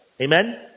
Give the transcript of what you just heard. Amen